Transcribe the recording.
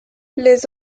les